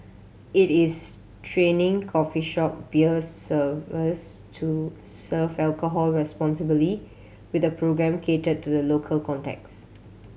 it is training coffee shop beer servers to serve alcohol responsibly with a programme catered to the local context